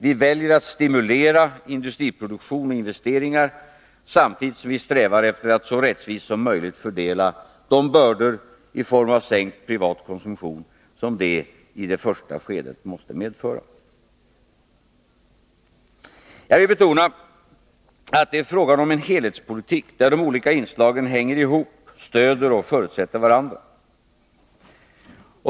Vi väljer att stimulera industriproduktion och investeringar samtidigt som vi strävar efter att så rättvist som möjligt fördela de bördor i form av sänkt privat konsumtion som detta i det första skedet måste medföra. Jag vill betona att det är fråga om en helhetspolitik, där de olika inslagen hänger ihop, stödjer och förutsätter varandra.